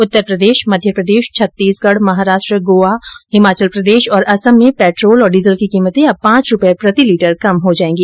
उत्तर प्रदेश मध्य प्रदेश छत्तीसगढ़ महाराष्ट्र गोआ हिमाचल प्रदेश और असम में पेट्रोल और डीजल की कीमतें अब पांच रुपये प्रति लीटर कम हो जाएगी